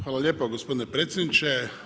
Hvala lijepa gospodine predsjedniče.